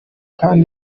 kdi